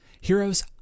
heroes